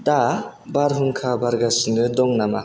दा बारहुंखा बारगासिनो दं नामा